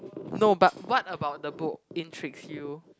no but what about the book intrigues you